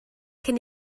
cyn